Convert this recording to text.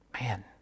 Man